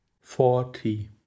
forty